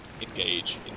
engage